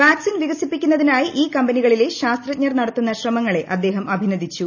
vaccine വികസിപ്പിക്കുന്നതിനായി ഈ കമ്പനികളിലെ ശാസ്ത്രജ്ഞർ നടത്തുന്ന ശ്രമങ്ങളെ അദ്ദേഹം അഭിനന്ദിച്ചു